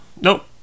Nope